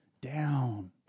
down